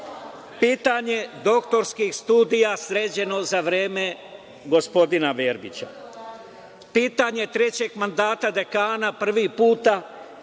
pitanje doktorskih studija sređeno za vreme gospodina Verbića, pitanje trećeg mandata dekana, prvi put